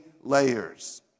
layers